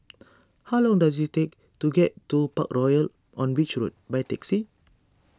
how long does it take to get to Parkroyal on Beach Road by taxi